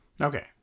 Okay